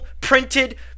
Printed